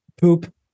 poop